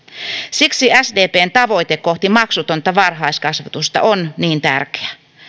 siksi sdpn tavoite kohti maksutonta varhaiskasvatusta on niin tärkeä